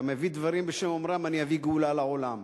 והמביא דברים בשם אומרם מביא גאולה לעולם.